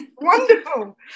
Wonderful